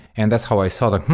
and that's how i saw that, hmm,